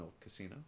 Casino